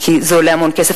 כי זה עולה המון כסף,